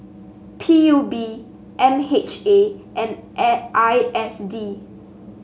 P U B M H A and A I S D